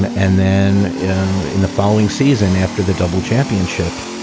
and and then in in the following season, after the double championship,